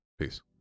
peace